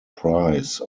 prize